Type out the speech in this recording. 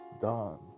done